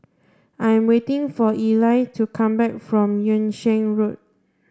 I'm waiting for Ely to come back from Yung Sheng Road